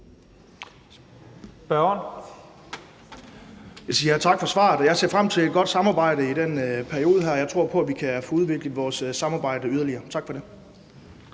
tak for svaret. Jeg ser frem til et godt samarbejde i den her periode, og jeg tror på, at vi kan få udviklet vores samarbejde yderligere – tak for det.